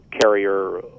carrier